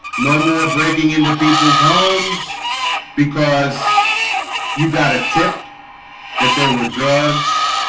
no more breaking into people's homes because you got a tip that there were drugs